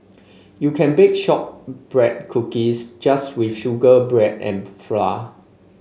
you can bake shortbread cookies just with sugar bread and flour